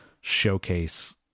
showcase